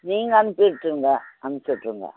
நீங்க அனுப்பிவிட்ருங்க அம்ச்சு விட்ருங்க